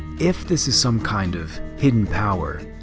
if this is some kind of hidden power,